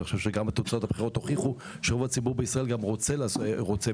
ואני חושב שגם תוצאות הבחירות הוכיחו שרוב הציבור בישראל גם רוצה בזה,